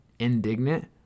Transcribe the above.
Indignant